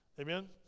Amen